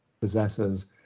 possesses